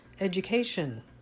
education